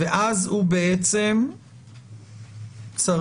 ואז הוא בעצם צריך